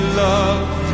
love